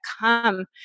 come